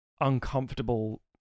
uncomfortable